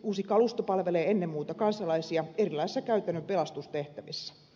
uusi kalusto palvelee ennen muuta kansalaisia erilaisissa käytännön pelastustehtävissä